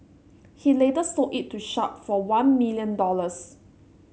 he later sold it to Sharp for one million dollars